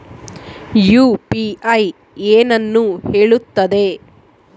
UPI ಏನನ್ನು ಹೇಳುತ್ತದೆ?